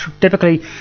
typically